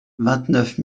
neuf